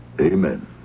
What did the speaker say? amen